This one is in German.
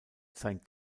sein